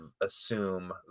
assume